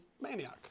maniac